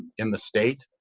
in the state,